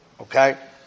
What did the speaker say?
Okay